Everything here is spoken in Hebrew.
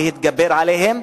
להתגבר עליהן,